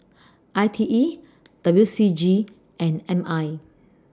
I T E W C G and M I